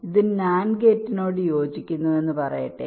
ഇത് NAND ഗേറ്റിനോട് യോജിക്കുന്നുവെന്ന് പറയട്ടെ